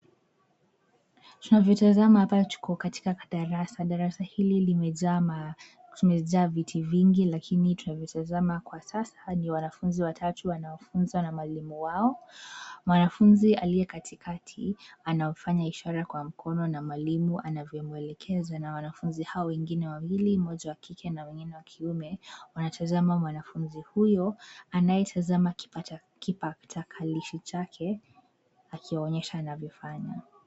Tunavyotazama hapa tuko katika darasa. Darasa hili limejaa viti vingi lakini tunavyotazama kwa sasa hawa ni wanafunzi watatu wanaofuzwa na mwalimu wao. Mwanafunzi aliye katikati anafanya ishara kwa mkono na mwalimu anavyomwelekeza na wanafunzi hao wengine wawili, mmoja wa kike na mwingine wa kiume, wanatazama mwanafunzi huyo anayetazama kipatakilishi chake akiwaonyesha anavyofanya.